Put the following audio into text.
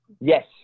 Yes